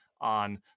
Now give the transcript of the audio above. on